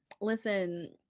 listen